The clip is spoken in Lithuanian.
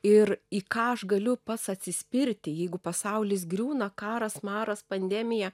ir į ką aš galiu pats atsispirti jeigu pasaulis griūna karas maras pandemija